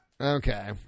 Okay